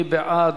מי בעד?